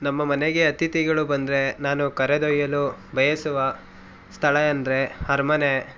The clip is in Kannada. ನಮ್ಮ ಮನೆಗೆ ಅತಿಥಿಗಳು ಬಂದರೆ ನಾನು ಕರೆದೊಯ್ಯಲು ಬಯಸುವ ಸ್ಥಳ ಅಂದರೆ ಅರಮನೆ